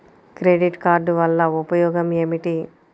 Credit card వల్ల ఉపయోగం ఏమిటీ?